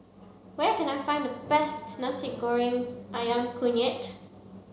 where can I find the best Nasi Goreng Ayam Kunyit